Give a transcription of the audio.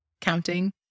counting